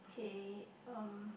okay um